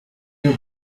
you